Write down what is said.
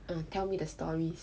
ah tell me the stories